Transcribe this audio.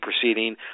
proceeding